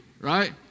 Right